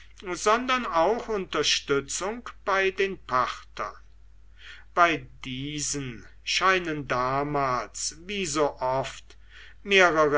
sondern auch unterstützung bei den parthern bei diesen scheinen damals wie so oft mehrere